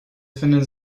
finden